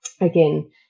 again